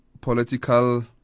political